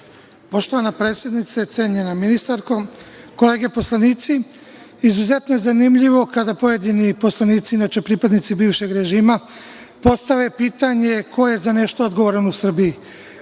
Poštovana predsednice, cenjena ministarko, kolege poslanici. Izuzetno je zanimljivo kada pojedini poslanici, inače pripadnici bivšeg režima, postave pitanje ko je za nešto odgovoran u Srbiji.